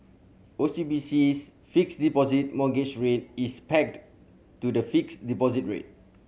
O C B C's Fixed Deposit Mortgage Rate is pegged to the fixed deposit rate